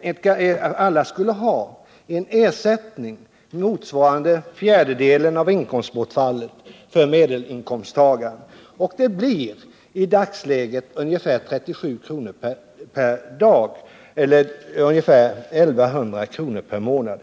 innebär att alla skall ha ersättning motsvarande en fjärdedel av inkomstbortfallet för medelinkomsttagaren. Det blir i dagsläget ungefär 37 kr. per dag eller 1100 kr. per månad.